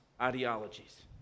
ideologies